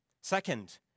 Second